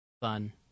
fun